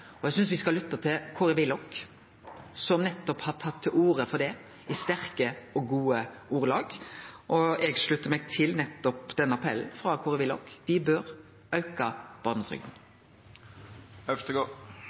land. Eg synest me skal lytte til Kåre Willoch, som har tatt til orde for det i sterke og gode ordelag, og eg sluttar meg til appellen frå Kåre Willoch: Me bør auke barnetrygda. Det er gledelig å høre. Representanten Hareide var også inne på de – skal vi